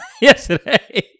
yesterday